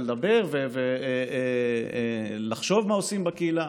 לדבר ולחשוב מה עושים בקהילה.